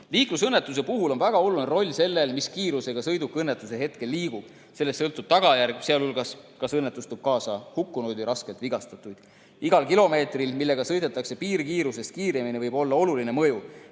Liiklusõnnetuse puhul on väga oluline roll sellel, millise kiirusega sõiduk õnnetuse hetkel liigub. Sellest sõltub tagajärg, sealhulgas see, kas õnnetus toob kaasa hukkunuid või raskelt vigastatuid. Igal kilomeetril, millega sõidetakse piirkiirusest kiiremini, võib olla oluline mõju.